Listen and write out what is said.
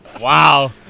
Wow